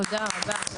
תודה רבה.